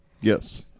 Yes